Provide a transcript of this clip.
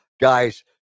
Guys